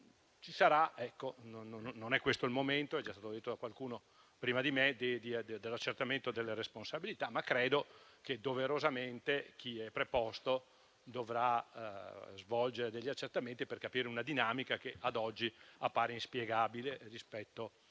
Non è questo il momento - com'è già stato detto prima di me - dell'accertamento delle responsabilità, ma credo che doverosamente chi è preposto a farlo svolgerà degli accertamenti per capire una dinamica che ad oggi appare inspiegabile rispetto a quanto